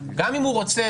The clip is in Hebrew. גם אם הוא רוצה,